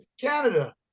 Canada